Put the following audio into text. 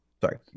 Sorry